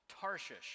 Tarshish